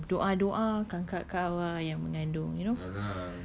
uh doa-doa kakak kau ah yang mengandung you know